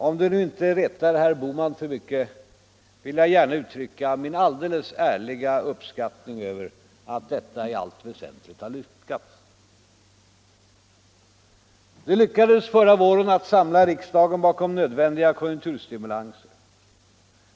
Om det inte retar herr Bohman för mycket vill jag gärna uttrycka min alldeles ärliga uppskattning över att detta i allt väsentligt har lyckats. Det lyckades förra våren att samla riksdagen bakom nödvändiga konjunkturstimulanser.